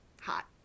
hot